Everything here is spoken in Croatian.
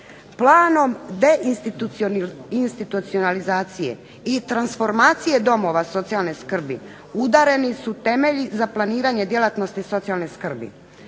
Planom deinstitucionalizacije i transformacije domova socijalne skrbi udareni su temelji za planiranje socijalne skrbi.